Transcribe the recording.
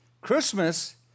Christmas